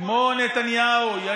כמו נתניהו, מושחתים ונאלחים.